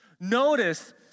Notice